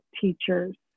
Teachers